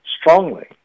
strongly